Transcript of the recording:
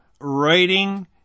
writing